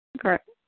Correct